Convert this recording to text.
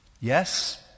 Yes